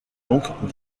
donc